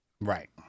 right